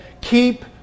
keep